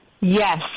Yes